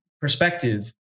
perspective